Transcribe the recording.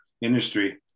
industry